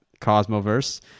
Cosmoverse